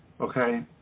okay